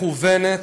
מכוונת,